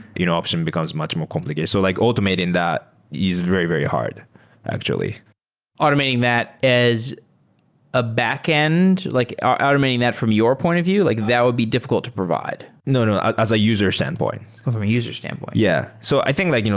you know option becomes much more complicated. so like automating that is very, very hard actually automating that as a backend? like ah automating that from your point of view? like that will be diffi cult to provide no. no. as a user standpoint. ah from a user standpoint. yeah. so i think like, you know